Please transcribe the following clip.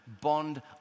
bond